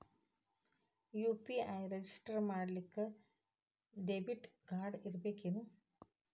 UPI register ಮಾಡ್ಲಿಕ್ಕೆ debit card ಇರ್ಬೇಕೇನು?